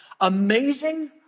amazing